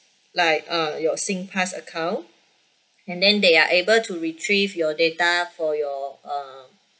like uh your singpass account and then they are able to retrieve your data for your uh